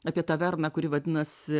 apie taverną kuri vadinasi